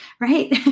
right